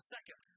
Second